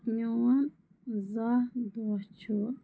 میون زاہ دۄہ چھُ